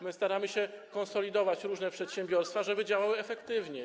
My staramy się konsolidować różne przedsiębiorstwa, żeby działały efektywniej.